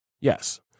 Yes